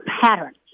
patterns